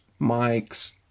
mics